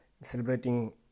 celebrating